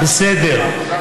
בסדר.